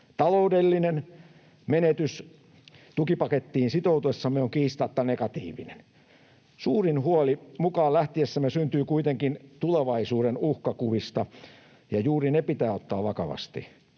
Taloudellinen menetys tukipakettiin sitoutuessamme on kiistatta negatiivinen. Suurin huoli mukaan lähtiessämme syntyy kuitenkin tulevaisuuden uhkakuvista, ja juuri ne pitää ottaa vakavasti.